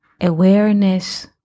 Awareness